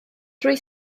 drwy